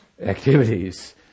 activities